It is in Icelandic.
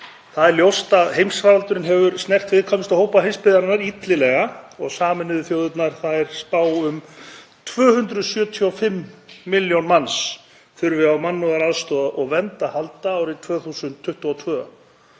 Það er ljóst að heimsfaraldurinn hefur snert viðkvæmustu hópa heimsbyggðarinnar illilega og Sameinuðu þjóðirnar spá að um 275 milljón manns þurfi á mannúðaraðstoð og vernd að halda árið 2022.